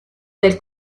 del